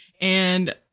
and-